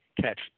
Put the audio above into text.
catch